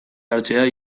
hartzea